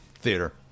theater